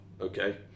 okay